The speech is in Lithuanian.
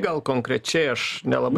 gal konkrečiai aš nelabai